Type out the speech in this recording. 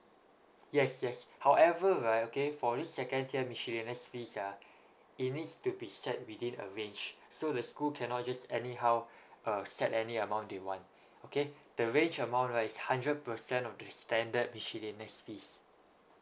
yes yes however right okay for this second tier miscellaneous fee uh it needs to be set within a range so the school cannot just anyhow uh set any amount they want okay the range amount right is hundred percent of the spended miscellaneous fee